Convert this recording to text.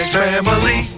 family